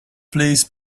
please